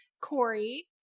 Corey